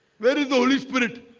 where is the holy spirit